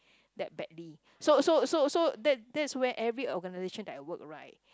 that badly so so so so that that's where every organisation that I work right